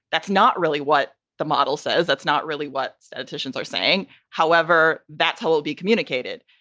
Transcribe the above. that's not really what the model says. that's not really what statisticians are saying. however, that's how it'll be communicated.